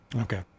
Okay